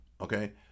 Okay